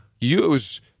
use